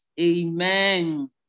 Amen